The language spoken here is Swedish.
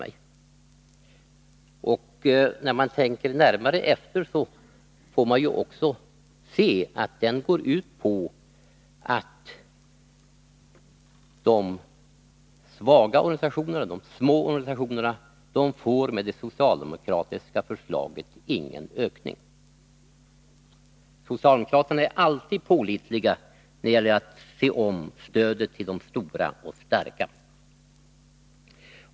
Men tänker man närmare efter ser man att det socialdemokratiska förslaget går ut på att de små och svaga organisationerna inte skall få någon ökning. Socialdemokraterna är alltid pålitliga när det gäller att se om stödet till de stora och starka.